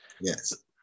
yes